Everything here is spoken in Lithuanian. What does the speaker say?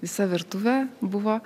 visa virtuvė buvo